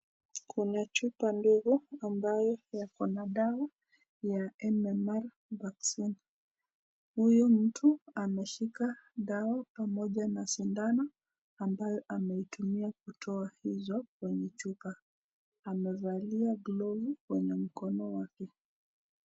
Kuna chupa ndogo ambayo yako na dawa ya MMI vaccine . Huyu mtu ameshika dawa pamoja na sindano, ambayo ameitumia kutoa hizo kwenye chupa, amevalia glavu kwenye mkono wake.